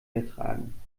ertragen